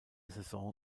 saison